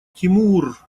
тимур